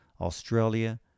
Australia